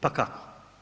Pa kako?